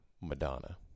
Madonna